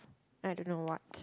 I don't know what